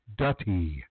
Dutty